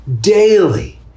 daily